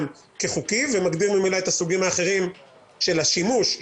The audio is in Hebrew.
כחוקי ומגדיר ממנו את הסוגים האחרים של השימוש,